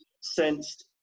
sensed